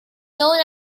known